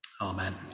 amen